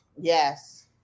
yes